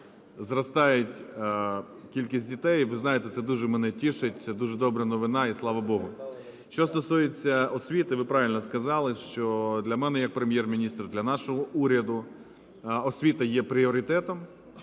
зростає кількість дітей, ви знаєте, це дуже мене тішить, це дуже добра новина, і слава Богу. Що стосується освіти, ви правильно сказали, що для мене як Прем'єр-міністра, для нашого уряду освіта є пріоритетом.